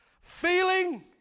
feeling